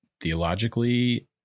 theologically